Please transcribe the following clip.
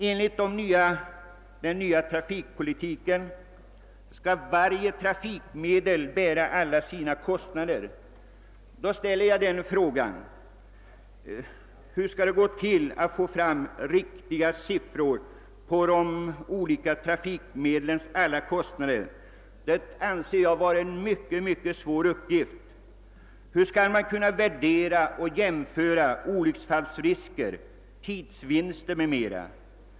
Enligt den nya trafikpolitiken skall varje trafikgren bära sina egna kostna der. Jag frågar då: Hur skall det gå till att få fram riktiga siffror för de olika trafikmedlens alla kostnader? Det anser jag vara en mycket svår uppgift. Hur skall man kunna värdera och jämföra olycksfallsrisker, tidsvinster m.m.?